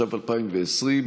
התש"ף 2020,